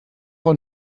und